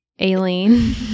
Aileen